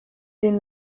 den